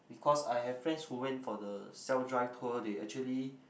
because I have friends who went for the self drive tour they actually